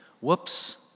Whoops